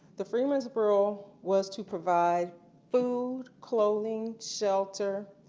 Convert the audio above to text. the freedmen's bureau was to provide food, clothing, shelter,